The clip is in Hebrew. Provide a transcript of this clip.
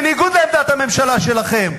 בניגוד לעמדת הממשלה שלכם.